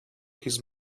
his